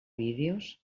vídeos